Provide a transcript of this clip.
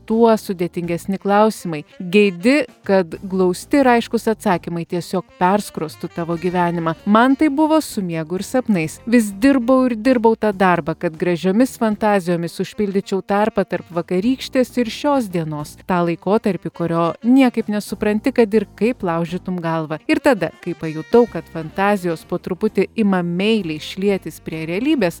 tuo sudėtingesni klausimai geidi kad glausti ir aiškūs atsakymai tiesiog perskrostų tavo gyvenimą man taip buvo su miegu ir sapnais vis dirbau ir dirbau tą darbą kad gražiomis fantazijomis užpildyčiau tarpą tarp vakarykštės ir šios dienos tą laikotarpį kurio niekaip nesupranti kad ir kaip laužytum galvą ir tada kai pajutau kad fantazijos po truputį ima meiliai šlietis prie realybės